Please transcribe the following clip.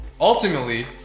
Ultimately